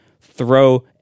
throw